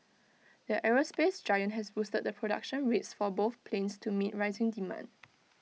the aerospace giant has boosted the production rates for both planes to meet rising demand